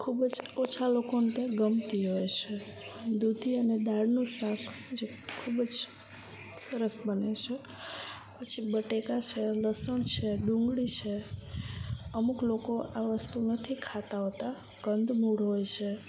ખૂબ જ ઓછા લોકોને તે ગમતી હોય છે દૂધી અને દાળનું શાક ખૂબ જ સરસ બને છે પછી બટેકા છે લસણ છે ડુંગળી છે અમુક લોકો આ વસ્તુ નથી ખાતા હોતા કંદમૂળ હોય છે